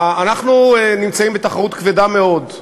אנחנו נמצאים בתחרות כבדה מאוד,